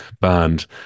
band